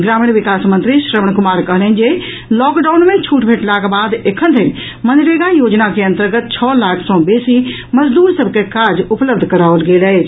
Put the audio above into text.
ग्रामीण विकास मंत्री श्रवण कुमार कहलनि जे लॉकडाउन मे छूट भेटलाक बाद एखन धरि मनरेगा योजना के अन्तर्गत छओ लाख सँ बेसी मजदूर सभ के काज उपलब्ध कराओल गेल अछि